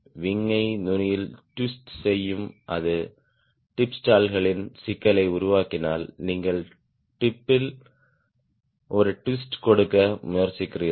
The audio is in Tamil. விங் யை நுனியில் ட்விஸ்ட் செய்யவும் அது டிப் ஸ்டால்களின் சிக்கலை உருவாக்கினால் நீங்கள் டிப்யில் ஒரு ட்விஸ்ட் கொடுக்க முயற்சிக்கிறீர்கள்